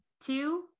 two